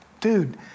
dude